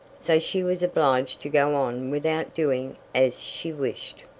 so she was obliged to go on without doing as she wished.